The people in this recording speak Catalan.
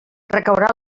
recaurà